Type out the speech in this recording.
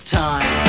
time